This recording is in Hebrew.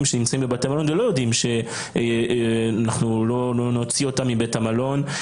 שנמצאים בבתי המלון ולא יודעים שאנחנו לא נוציא אותם מבית המלון,